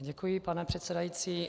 Děkuji, pane předsedající.